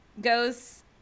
goes